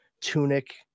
tunic